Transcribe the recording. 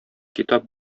китап